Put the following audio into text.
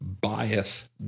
bias